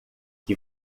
que